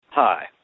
Hi